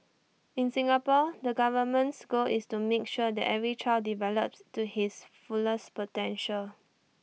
in Singapore the government's goal is to make sure that every child develops to his fullest potential